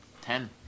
Ten